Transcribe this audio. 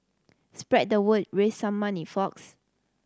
spread the word raise some money folks